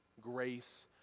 grace